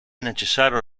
necessario